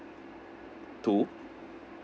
two